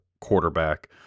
quarterback